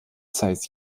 zeiss